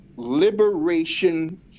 liberation